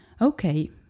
Okay